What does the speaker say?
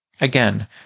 Again